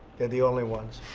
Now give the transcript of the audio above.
they're the only ones.